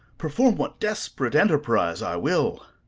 perform what desperate enterprise i will?